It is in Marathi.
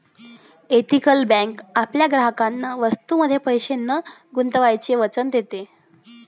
एथिकल बँक आपल्या ग्राहकांना वस्तूंमध्ये पैसे न गुंतवण्याचे वचन देते